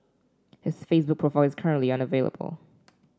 his Facebook profile is currently unavailable